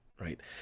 right